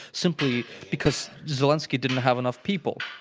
simply because zelinsky didn't have enough people.